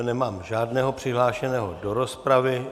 Nemám žádného přihlášeného do rozpravy.